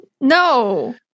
No